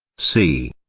c.